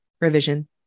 revision